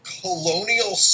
colonial